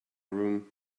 room